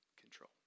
control